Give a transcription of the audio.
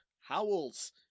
Howls